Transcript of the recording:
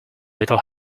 little